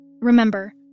Remember